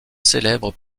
célèbre